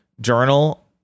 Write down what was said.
journal